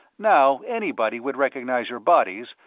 now, anybody would recognize your bodies,